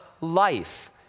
life